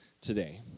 today